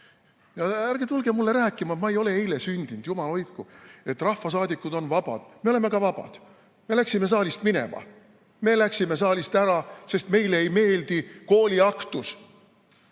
Ja ärge tulge mulle rääkima – ma ei ole eile sündinud, jumal hoidku! –, et rahvasaadikud on vabad. Me oleme ka vabad. Me läksime saalist minema. Me läksime saalist ära, sest meile ei meeldi kooliaktused,